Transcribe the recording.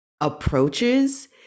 approaches